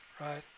right